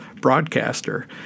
broadcaster